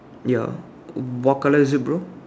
ya what colour is it bro